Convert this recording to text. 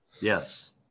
Yes